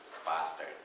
faster